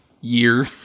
year